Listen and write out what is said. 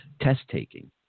Test-taking